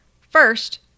First